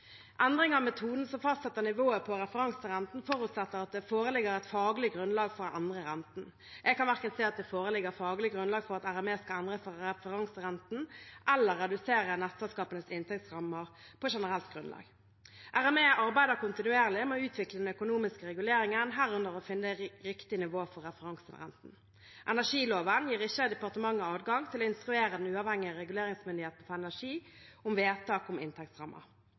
metoden som fastsetter nivået på referanserenten, forutsetter at det foreligger et faglig grunnlag for å endre renten. Jeg kan verken se at det foreligger noe faglig grunnlag for at RME skal endre referanserenten eller redusere nettselskapenes inntektsrammer på generelt grunnlag. RME arbeider kontinuerlig med å utvikle den økonomiske reguleringen, herunder å finne riktig nivå for referanserenten. Energiloven gir ikke departementet adgang til å instruere den uavhengige reguleringsmyndigheten for energi om vedtak om